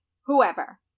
whoever